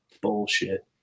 Bullshit